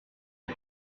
est